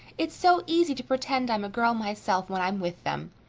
it's so easy to pretend i'm a girl myself when i'm with them.